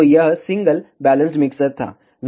तो यह single balanced mixer था